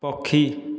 ପକ୍ଷୀ